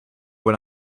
what